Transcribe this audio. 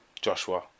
Joshua